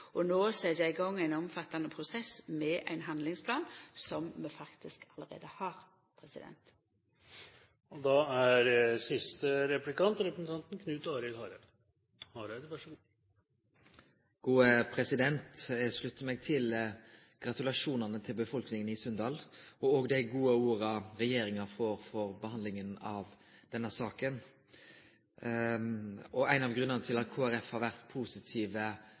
i gang ein omfattande prosess med ein handlingsplan – som vi faktisk allereie har. Eg sluttar meg til gratulasjonane til befolkninga i Sunndal og òg til dei gode orda regjeringa får for behandlinga av denne saka. Ein av grunnane til at Kristeleg Folkeparti har vore positive